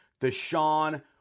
Deshaun